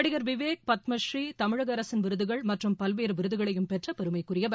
நடிகர் விவேக் பத்மஸ்ரீ தமிழக அரசின் விருதுகள் மற்றும் பல்வேறு விருதுகளையும் பெற்ற பெருமைக்குரியவர்